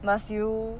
must you